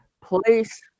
place